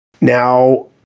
Now